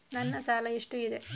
ನನ್ನ ಸಾಲ ಎಷ್ಟು ಇದೆ?